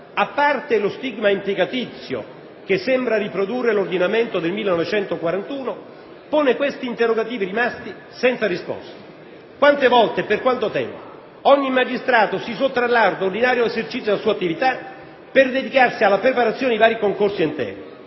a parte lo stigma impiegatizio che sembra riprodurre l'ordinamento del 1941, pone questi interrogativi rimasti senza risposta: quante volte e per quanto tempo ogni magistrato si sottrarrà all'ordinario esercizio della sua attività per dedicarsi alla preparazione dei vari concorsi interni?